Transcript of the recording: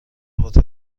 هتل